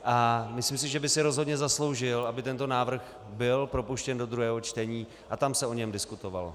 A myslím si, že by si rozhodně zasloužil, aby tento návrh byl propuštěn do druhého čtení a tam se o něm diskutovalo.